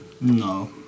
No